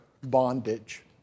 bondage